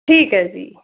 ਠੀਕ ਹੈ ਜੀ